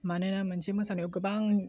मानोना मोनसे मोसानायाव गोबां